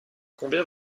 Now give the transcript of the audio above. combien